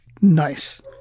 Nice